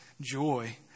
joy